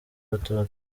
abatutsi